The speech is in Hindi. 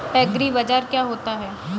एग्रीबाजार क्या होता है?